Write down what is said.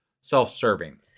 self-serving